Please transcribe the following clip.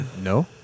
No